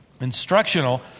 instructional